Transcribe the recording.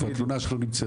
איפה התלונה שלו נמצאת,